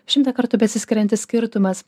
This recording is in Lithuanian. šimtą kartų besiskiriantis skirtumas